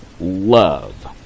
love